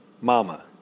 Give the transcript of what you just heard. Mama